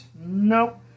Nope